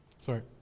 Sorry